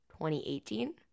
2018